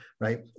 right